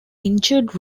injured